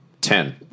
Ten